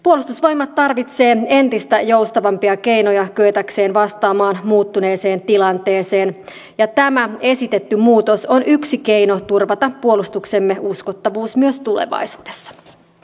puolustusvoimat tarvitsee entistä joustavampia keinoja kyetäkseen vastaamaan muuttuneeseen tilanteeseen ja tämä esitetty muutos on yksi keino turvata puolustuksemme uskottavuus myös tulevaisuudessa